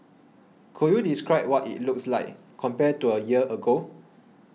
could you describe what it looks like compared to a year ago